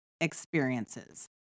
experiences